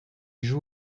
joue